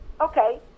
okay